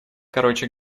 короче